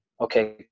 okay